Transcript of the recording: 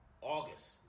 August